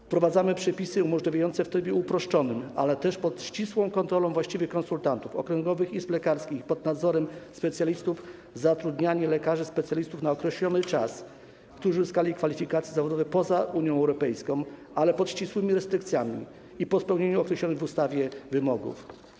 Wprowadzamy przepisy umożliwiające w trybie uproszczonym, ale też pod ścisłą kontrolą właściwych konsultantów, okręgowych izb lekarskich, pod nadzorem specjalistów, zatrudnianie na określony czas lekarzy specjalistów, którzy uzyskali kwalifikacje zawodowe poza Unią Europejską - ale pod ścisłymi restrykcjami i po spełnieniu określonych w ustawie wymogów.